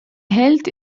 held